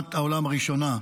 למלחמת העולם הראשונה,